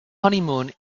honeymoon